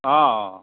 অঁ অঁ